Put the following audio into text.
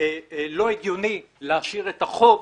לא הגיוני להשאיר את החוב